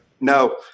No